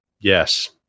Yes